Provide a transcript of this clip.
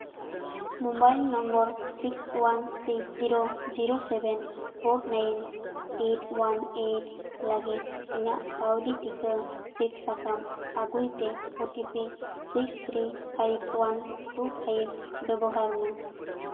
mobile number six one six zero zero seven four nine eight one eight ᱞᱟᱹᱜᱤᱫ ᱤᱧᱟᱹᱜ ᱠᱟᱹᱣᱰᱤ ᱴᱤᱠᱟᱹ ᱥᱤᱫ ᱥᱟᱠᱟᱢ ᱟᱹᱜᱩᱭ ᱛᱮ O T P six three five one two five ᱵᱮᱵᱚᱦᱟᱨ ᱢᱮ